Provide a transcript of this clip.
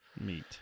meat